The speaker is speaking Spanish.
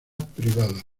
privada